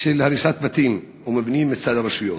של הריסת בתים ומבנים מצד הרשויות.